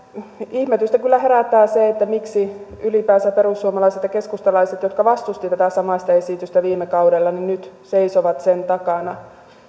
ihmetystä kyllä herättää se miksi ylipäänsä perussuomalaiset ja keskustalaiset jotka vastustivat tätä samaista esitystä viime kaudella nyt seisovat sen takana